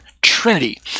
Trinity